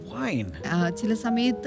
wine